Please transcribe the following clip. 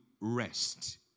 rest